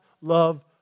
love